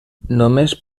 només